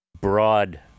broad